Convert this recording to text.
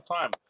time